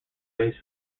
base